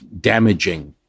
damaging